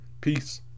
Peace